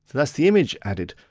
that's the image added.